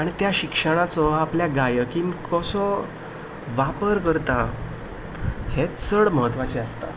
आनी त्या शिक्षणाचो आपल्या गायकीन कसो वापर करता हें चड म्हत्वाचें आसता